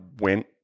went